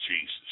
Jesus